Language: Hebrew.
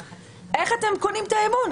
איך אתם קונים את האמון?